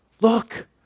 Look